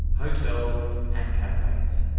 hotels and cafes.